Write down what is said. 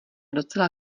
docela